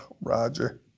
Roger